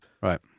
Right